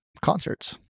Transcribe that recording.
concerts